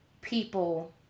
people